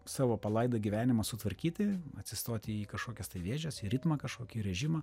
savo palaidą gyvenimą sutvarkyti atsistoti į kažkokias tai vėžes į ritmą kažkokį režimą